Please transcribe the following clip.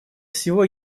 всего